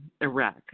Iraq